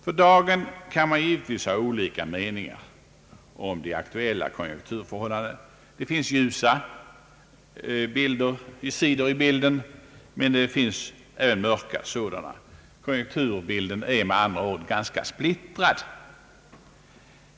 För dagen kan det givetvis råda olika meningar om de aktuella konjunkturförhållandena. Det finns ljusa inslag i bilden, men det finns även mörka sådana — konjunkturbilden är med andra ord ganska splittrad.